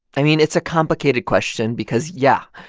i mean, it's a complicated question because, yeah,